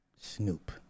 Snoop